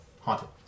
Haunted